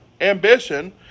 ambition